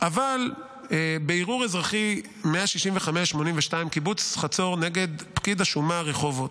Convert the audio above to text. אבל בערעור אזרחי 165/82 קיבוץ חצור נ' פקיד שומה רחובות,